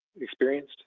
experienced